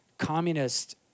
communist